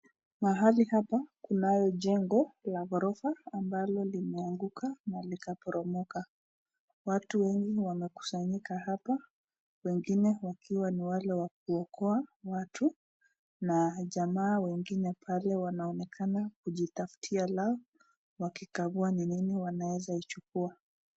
Mahali hapa kunayo jengo ya ghorofa ambalo limeanguka na likaporomoka, watu wengi wamekusanyika hapa, wengine wakiwa ni wale wa kuokoa watu na jamaa wengine pale wanaonekana kujitafuti lao wakikagua ni nini wanaweza ichukua.